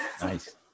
Nice